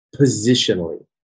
positionally